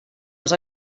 els